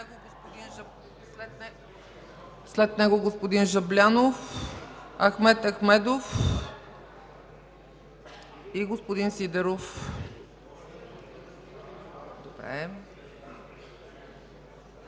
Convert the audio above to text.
след него господин Жаблянов, Ахмед Ахмедов и господин Сидеров. ВАЛЕНТИН